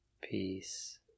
peace